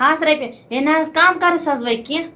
پانٛژھ رۄپیہِ اے نہَ حظ کَم کَرُس حظ وۅنۍ کیٚنٛہہ